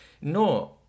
No